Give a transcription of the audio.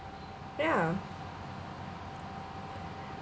ya